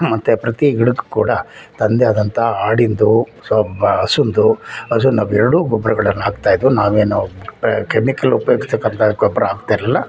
ಮತ್ತು ಪ್ರತಿ ಗಿಡಕ್ಕೆ ಕೂಡ ತಂದೇ ಆದಂಥ ಆಡಿಂದು ಸ್ವಲ್ಪ ಹಸುವಿಂದು ಅದು ನಾವು ಎರಡು ಗೊಬ್ಬರಗಳನ್ನು ಹಾಕ್ತಾ ಇದ್ವು ನಾವು ಏನು ಕೆಮಿಕಲ್ ಉಪ್ಯೋಗಿಸ್ತಕ್ಕಂಥ ಗೊಬ್ಬರ ಹಾಕ್ತಾ ಇರಲಿಲ್ಲ